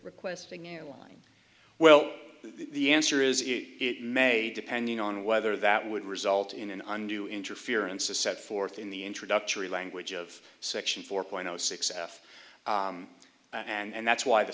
requesting in line well the answer is it may depending on whether that would result in an undue interference as set forth in the introductory language of section four point zero six f and that's why the